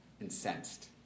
incensed